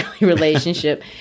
relationship